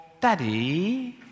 Daddy